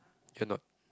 cannot